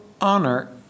honor